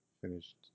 Finished